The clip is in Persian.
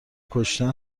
کشتن